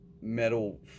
metal